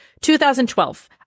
2012